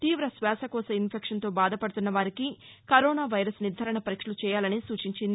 తీవ శ్వాసకోశ ఇన్నెక్షన్తో బాధపడుతున్నవారికి కరోనా వైరస్ నిర్ధారణ పరీక్షలు చేయాలని సూచించింది